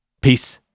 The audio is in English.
Peace